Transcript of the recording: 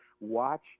watch